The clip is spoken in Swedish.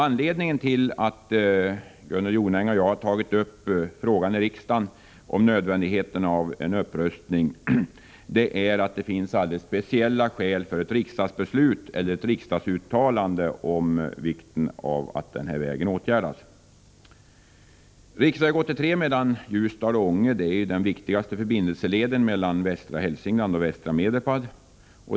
Anledningen till att Gunnel Jonäng och jag i en riksdagsmotion har tagit upp nödvändigheten av en upprustning av denna väg är att det finns speciella skäl för ett riksdagsbeslut eller riksdagsuttalande om vikten av att denna väg åtgärdas. Riksväg 83 mellan Ljusdal och Ånge är den viktigaste förbindelseleden mellan västra Hälsingland och västra Medelpad.